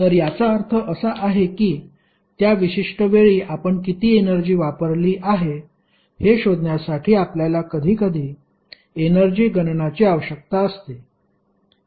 तर याचा अर्थ असा आहे की त्या विशिष्ट वेळी आपण किती एनर्जी वापरली आहे हे शोधण्यासाठी आपल्याला कधीकधी एनर्जी गणनाची आवश्यकता असते